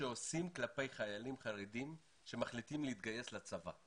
שעושים כלפי חיילים חרדים שמחליטים להתגייס לצבא.